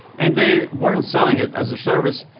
and they weren't selling it as a service.